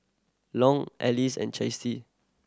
Long Alice and Chasity